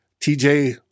TJ